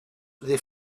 they